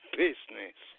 business